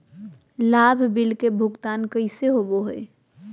लाभ बिल के भुगतान कैसे होबो हैं?